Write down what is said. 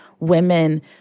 women